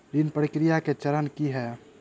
ऋण प्रक्रिया केँ चरण की है?